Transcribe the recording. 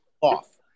off